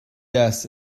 deas